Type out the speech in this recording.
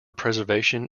preservation